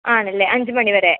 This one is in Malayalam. ആണല്ലേ അഞ്ച് മണിവരെ